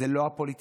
זה לא הפוליטיקאים,